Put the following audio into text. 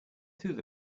through